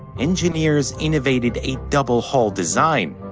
engineers innovated a double hull design.